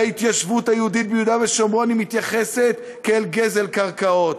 שלהתיישבות היהודית ביהודה ושומרון היא מתייחסת כאל גזל קרקעות.